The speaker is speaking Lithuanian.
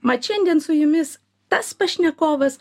mat šiandien su jumis tas pašnekovas